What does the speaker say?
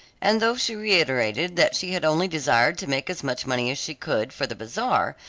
and though she reiterated that she had only desired to make as much money as she could for the bazaar,